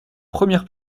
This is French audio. première